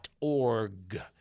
org